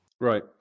Right